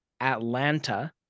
Atlanta